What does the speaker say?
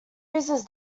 uses